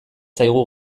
zaigu